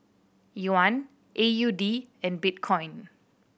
Yuan A U D and Bitcoin